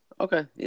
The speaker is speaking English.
Okay